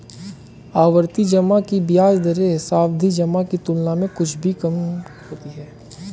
आवर्ती जमा की ब्याज दरें सावधि जमा की तुलना में कुछ ही कम होती हैं